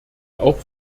auch